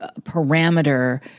parameter